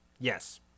Yes